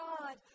God